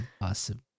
awesome